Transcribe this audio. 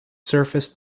surface